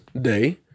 day